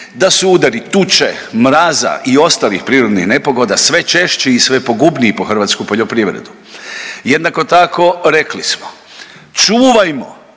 da su udari tuče, mraza i ostalih prirodnih nepogoda sve češći i sve pogubniji po hrvatsku poljoprivredu. Jednako tako rekli smo, čuvajmo